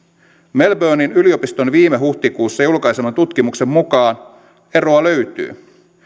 melbournen yliopiston viime huhtikuussa julkaiseman tutkimuksen mukaan eroa löytyy